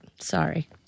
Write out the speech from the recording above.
Sorry